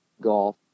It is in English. golf